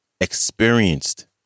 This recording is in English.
experienced